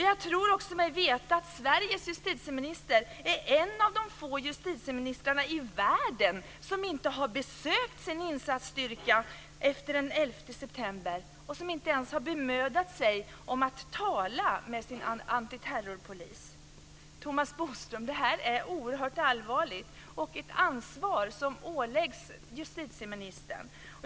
Jag tror mig också veta att Sveriges justitieminister är en av de få justitieministrarna i världen som inte har besökt sin insatsstyrka efter den 11 september och som inte ens har bemödat sig om att tala med sin antiterrorpolis. Thomas Bodström, det här är oerhört allvarligt. Det är ett ansvar som åläggs justitieministern.